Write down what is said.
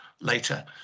later